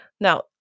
Now